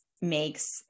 makes